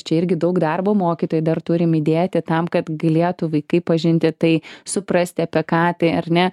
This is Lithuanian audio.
čia irgi daug darbo mokytojai dar turim įdėti tam kad galėtų vaikai pažinti tai suprasti apie ką tai ar ne